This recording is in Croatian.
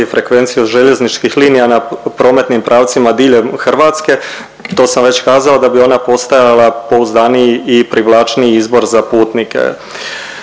frekvenciju željezničkih linija na prometnim pravcima diljem Hrvatske, to sam već kazao, da bi ona postajala pouzdaniji i privlačniji izbor za putnike.